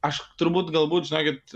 aš turbūt galbūt žinokit